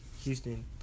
Houston